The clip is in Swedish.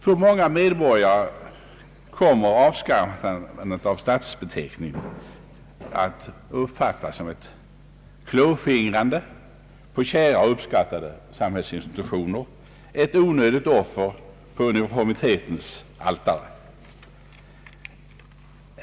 För många medborgare kommer avskaffandet av stadsbeteckningen att uppfattas som ett klåfingrande på kära och uppskattade samhällsinstitutioner — ett onödigt offer på uniformitetens altare.